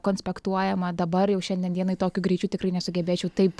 konspektuojama dabar jau šiandien dienai tokiu greičiu tikrai nesugebėčiau taip